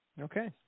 Okay